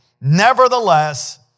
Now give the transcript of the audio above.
Nevertheless